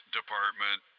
Department